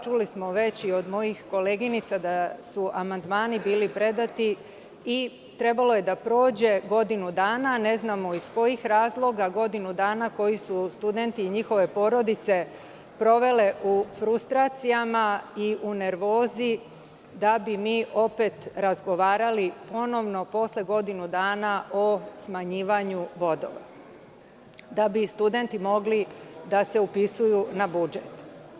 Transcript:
Čuli smo već i od mojih koleginica da su amandmani bili predati i trebalo je da prođe godinu dana, ne znamo iz kojih razloga, godinu dana koje su studenti i njihove porodice proveli u frustracijama i u nervozi, da bi mi opet razgovarali ponovno posle godinu dana o smanjivanju bodova, da bi studenti mogli da se upisuju na budžet.